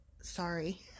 sorry